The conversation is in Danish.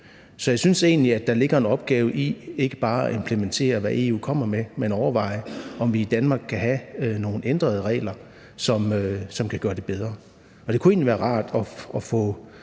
Så jeg synes egentlig, at der ligger en opgave i ikke bare at implementere, hvad EU kommer med, men overveje, om vi i Danmark kan have nogle ændrede regler, som kan gøre det bedre. Og det kunne egentlig være rart at få